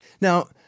Now